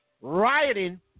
rioting